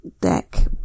deck